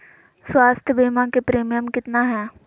स्वास्थ बीमा के प्रिमियम कितना है?